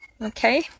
okay